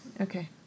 Okay